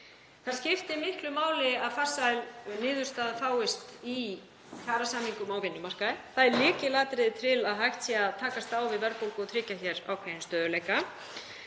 það skiptir miklu máli að farsæl niðurstaða fáist í kjarasamninga á vinnumarkaði. Það er lykilatriði til að hægt sé að takast á við verðbólgu og tryggja hér ákveðinn stöðugleika.